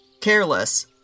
careless